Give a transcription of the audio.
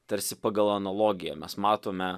tarsi pagal analogiją mes matome